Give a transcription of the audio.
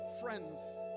friends